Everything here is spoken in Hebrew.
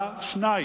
מכירים.